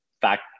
fact